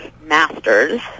masters